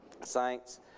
Saints